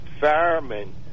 firemen